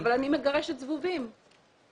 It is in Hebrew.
אבל אני מגרשת זבובים.